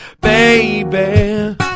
baby